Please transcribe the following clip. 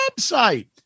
website